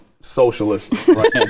socialist